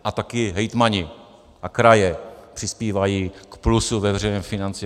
A taky hejtmani a kraje přispívají k plusu ve veřejných financích.